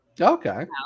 Okay